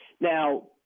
Now